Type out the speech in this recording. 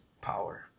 power